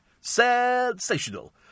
sensational